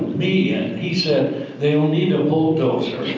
me and he said, they won't need a bulldozer.